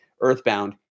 Earthbound